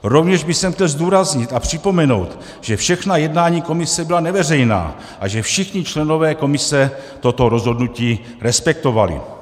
Rovněž bych chtěl zdůraznit a připomenout, že všechna jednání komise byla neveřejná a že všichni členové komise toto rozhodnutí respektovali.